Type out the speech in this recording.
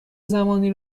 زمانی